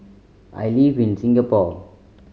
I live in Singapore